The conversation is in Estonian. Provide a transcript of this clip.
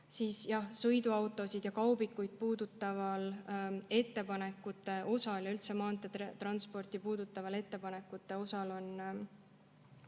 Sõiduautosid ja kaubikuid puudutaval ettepanekute osal ja